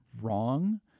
wrong